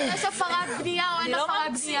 אם יש הפרת בנייה או אין הפרת בנייה.